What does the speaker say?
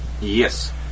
Yes